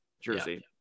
jersey